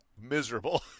miserable